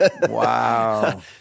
Wow